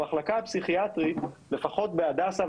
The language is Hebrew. במחלקה הפסיכיאטרית לפחות בהדסה,